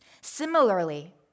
Similarly